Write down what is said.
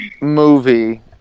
movie